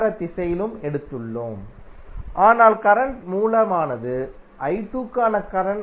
இப்போது இந்த எண்ணிக்கையைப் பயன்படுத்தி பரிசோதனையின் மூலம் இன் மதிப்பை உடனடியாகப் பெற்றுள்ளோம் அடுத்து நாம் என்ன செய்ய வேண்டும்